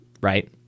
right